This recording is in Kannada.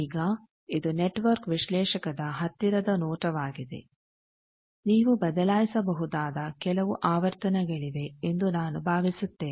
ಈಗ ಇದು ನೆಟ್ವರ್ಕ್ ವಿಶ್ಲೇಷಕದ ಹತ್ತಿರದ ನೋಟವಾಗಿದೆ ನೀವು ಬದಲಾಯಿಸಬಹುದಾದ ಕೆಲವು ಆವರ್ತನಗಳಿವೆ ಎಂದು ನಾನು ಭಾವಿಸುತ್ತೇನೆ